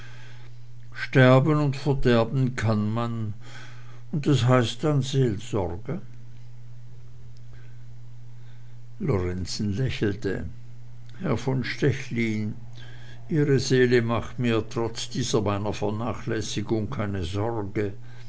sterben und verderben kann man und das heißt dann seelsorge lorenzen lächelte herr von stechlin ihre seele macht mir trotz dieser meiner vernachlässigung keine sorge